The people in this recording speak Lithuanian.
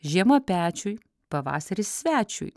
žiema pečiui pavasaris svečiui